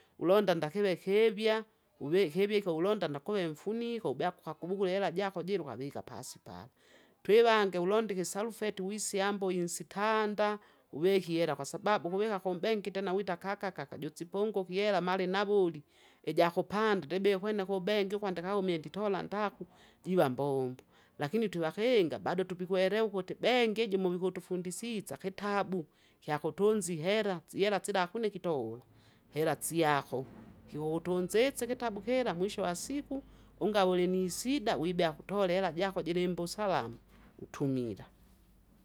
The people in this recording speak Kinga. Londa nda hive hevya, ve hivike hulonda nda kuve mfumiko, bya hakubugule ela jako jire havika paso paro. Twevangi hulondi gusalfeti wisyambo isitanda, wehi ela kwa sababu huweka kumbenki tena wita ka- ka- ka- ka, ju dzipungukiyela mari nauli, ija hupanda ndibye whene hu benki uho ndiha humye nditola ndaku, jiva mbombu. Lakini tuwahenga bado tupihwere uputi bengi jumu mnditi fundisidza hetabu, fya kutunzi hela, dzihela dzila hakuni kitow, hela dzi aho, hiutunzidze itabu hela, mwisho wa siku, unga wuli ne sida, wibya hutole hela jako jili mbusawa hutumira.